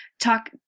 talk